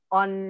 on